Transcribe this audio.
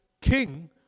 king